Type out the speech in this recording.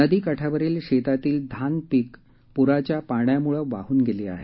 नदी काठावरील शेतातील धान पीकं प्राच्या पाण्यामुळं वाहून गेली आहेत